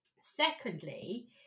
Secondly